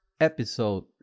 episode